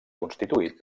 constituït